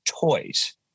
toys